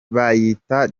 bayita